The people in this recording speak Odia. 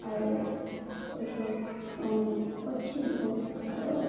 ଆଉ ଏ ଯେଉଁ ଅଛି ବହୁତ ପ୍ରକାର